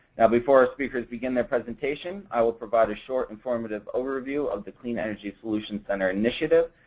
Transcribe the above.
now, before our speakers begin their presentation, i will provide a short informative overview of the clean energy solutions center initiative.